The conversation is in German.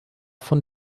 von